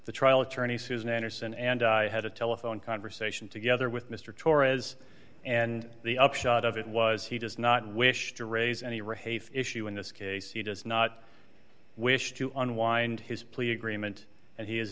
the trial attorney susan anderson and i had a telephone conversation together with mr torres and the upshot of it was he does not wish to raise any rahane issue in this case he does not wish to unwind his plea agreement and he